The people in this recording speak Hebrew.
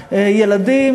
ילדים,